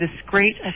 discreet